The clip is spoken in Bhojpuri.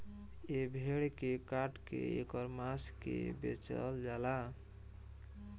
ए भेड़ के काट के ऐकर मांस के बेचल जाला